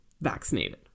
vaccinated